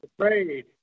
afraid